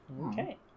okay